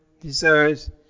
desires